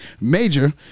Major